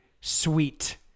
sweet